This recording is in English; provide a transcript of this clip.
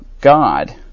God